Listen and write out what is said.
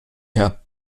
herr